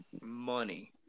money